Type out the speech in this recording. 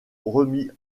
remis